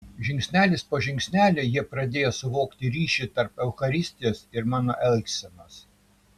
žingsnelis po žingsnelio jie pradėjo suvokti ryšį tarp eucharistijos ir mano elgsenos